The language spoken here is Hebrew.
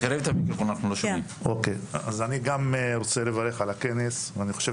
אני חושב